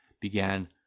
began